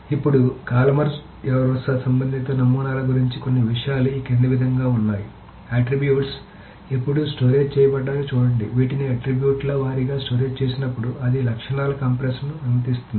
ఇప్పుడు కాలుమనార్ వరుస సంబంధిత నమూనాల గురించి కొన్ని విషయాలు ఈ క్రింది విధంగా ఉన్నాయి ఆట్రిబ్యూట్స్ ఎప్పుడు స్టోరేజ్ చేయబడ్డాయో చూడండి వీటిని ఆట్రిబ్యూట్ల వారీగా స్టోరేజ్ చేసినప్పుడు అది లక్షణాల కంప్రెస్ ను అనుమతిస్తుంది